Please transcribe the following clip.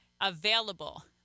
available